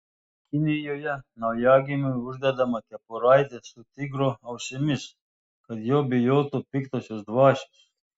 kinijoje naujagimiui uždedama kepuraitė su tigro ausimis kad jo bijotų piktosios dvasios